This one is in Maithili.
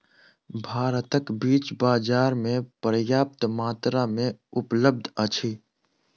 भारतक बीज बाजार में पर्याप्त मात्रा में उपलब्ध अछि